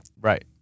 Right